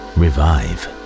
revive